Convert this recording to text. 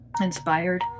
inspired